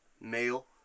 Male